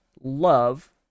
love